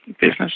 business